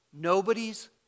Nobody's